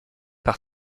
par